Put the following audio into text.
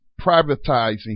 privatizing